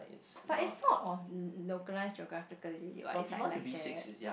but it's sort of localized geographically what it's like like that